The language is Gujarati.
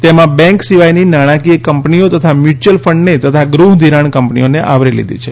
તેમાં બેન્ક સિવાયની નાણાંકીય કંપનીઓ તથા મ્યુચ્યુઅલ ફંડને તથા ગૃહધિરાણ કંપનીઓને આવરી લીધી છે